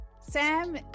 Sam